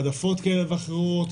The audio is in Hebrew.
העדפות כאלה ואחרות,